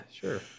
sure